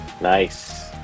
Nice